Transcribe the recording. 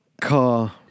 car